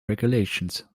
regulations